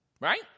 Right